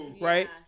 right